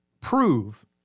prove